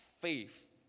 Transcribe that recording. faith